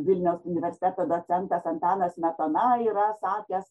vilniaus universiteto docentas antanas smetona yra sakęs